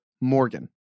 Morgan